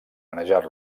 manejar